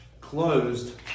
closed